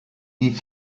die